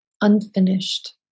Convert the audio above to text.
unfinished